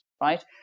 Right